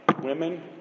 women